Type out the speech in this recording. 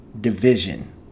division